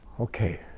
okay